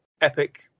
epic